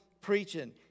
preaching